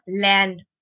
land